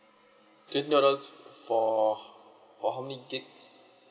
twenty dollars for for how many gigs